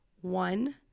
one